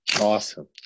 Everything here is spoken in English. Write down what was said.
Awesome